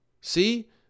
See